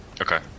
Okay